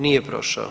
Nije prošao.